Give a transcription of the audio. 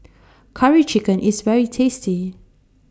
Curry Chicken IS very tasty